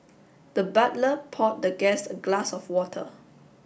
the butler poured the guest a glass of water